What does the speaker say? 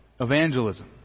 evangelism